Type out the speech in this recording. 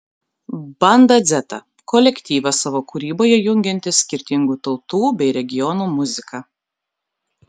banda dzeta kolektyvas savo kūryboje jungiantis skirtingų tautų bei regionų muziką